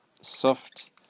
soft